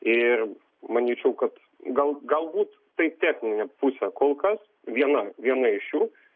ir manyčiau kad gal galbūt tai techninė pusė kol kas viena viena iš jų